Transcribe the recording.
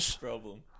problem